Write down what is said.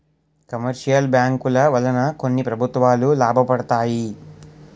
commercial బ్యాంకుల వలన కొన్ని ప్రభుత్వాలు లాభపడతాయి